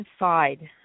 inside